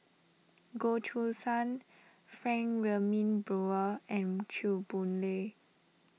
Goh Choo San Frank Wilmin Brewer and Chew Boon Lay